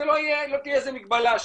שלא תהיה שם איזו מגבלה.